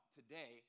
today